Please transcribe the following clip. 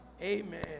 amen